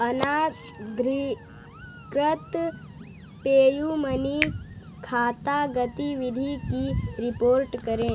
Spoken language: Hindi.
अनाधिकृत पेयूमनी खाता गतिविधि की रिपोर्ट करें